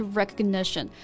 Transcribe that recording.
recognition